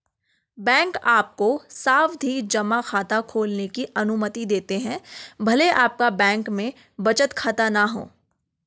bank आपको सावधि जमा खाता खोलने की अनुमति देते हैं भले आपका बैंक में बचत खाता न हो